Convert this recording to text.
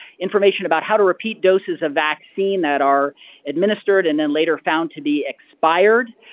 information about how to repeat doses of vaccine that are administered and then later found to be expired.